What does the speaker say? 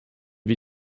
wir